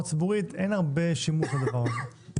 ציבורית אין הרבה שימוש לדבר הזה.